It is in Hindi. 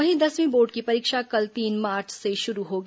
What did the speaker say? वहीं दसवीं बोर्ड की परीक्षा कल तीन मार्च से शुरू होगी